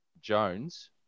Jones